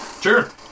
Sure